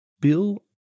Bill